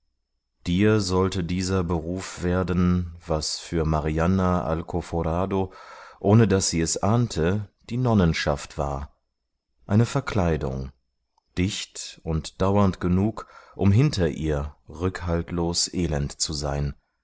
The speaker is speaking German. dir sollte dieser beruf werden was für marianna alcoforado ohne daß sie es ahnte die nonnenschaft war eine verkleidung dicht und dauernd genug um hinter ihr rückhaltlos elend zu sein